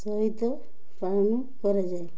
ସହିତ ପାଳନ କରାଯାଏ